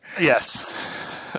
Yes